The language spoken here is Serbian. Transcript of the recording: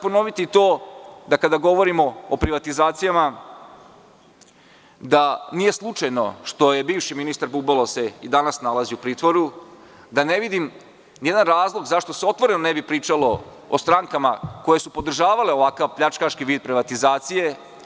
Ponoviću to da kada govorimo o privatizacijama da nije slučajno što se bivši ministar Bubalo i danas nalazi u pritvoru i da ne vidim nijedan razlog zašto se otvoreno ne bi pričalo o strankama koje su podržavale ovakav pljačkaški vid privatizacije.